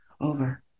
over